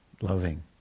Loving